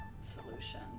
solution